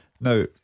Now